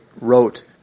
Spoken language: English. wrote